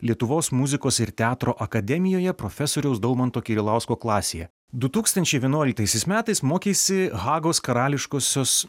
lietuvos muzikos ir teatro akademijoje profesoriaus daumanto kirilausko klasėje du tūkstančiai vienuoliktaisiais metais mokeisi hagos karališkosios